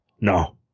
No